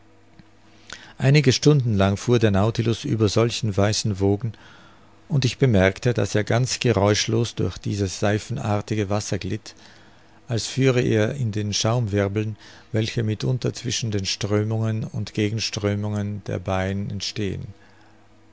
einige stunden lang fuhr der nautilus über solchen weißen wogen und ich bemerkte daß er ganz geräuschlos durch dieses seifenartige wasser glitt als führe er in den schaumwirbeln welche mitunter zwischen den strömungen und gegenströmungen der baien